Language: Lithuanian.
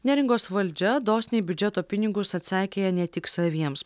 neringos valdžia dosniai biudžeto pinigus atseikėja ne tik saviems